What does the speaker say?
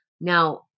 Now